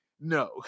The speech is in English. No